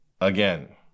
again